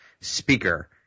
speaker